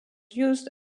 used